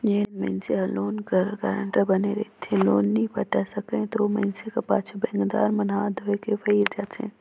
जेन मइनसे हर लोन कर गारंटर बने रहथे लोन नी पटा सकय ता ओ मइनसे कर पाछू बेंकदार मन हांथ धोए के पइर जाथें